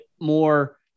more